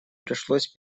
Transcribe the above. пришлось